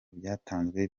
byatanzwe